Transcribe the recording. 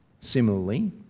Similarly